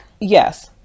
Yes